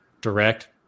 direct